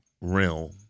realm